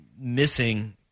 missing